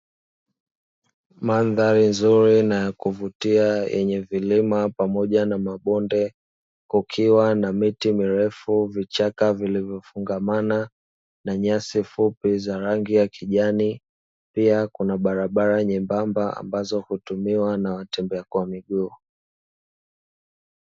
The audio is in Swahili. Mandhari nzuri na kuvutia yenye vilima pamoja na mabonde kukiwa na miti mirefu vichaka vilivyofungamana na nyasi fupi za rangi ya kijani pia kuna barabara nyembamba ambayo hutumiwa na wateja kwa miguu.